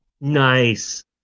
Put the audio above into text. Nice